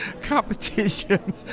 competition